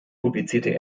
publizierte